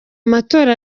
matora